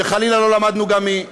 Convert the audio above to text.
שחלילה לא למדנו גם מ-?